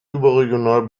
überregional